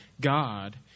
God